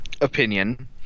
opinion